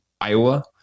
Iowa